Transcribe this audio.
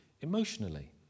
emotionally